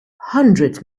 hundreds